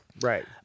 Right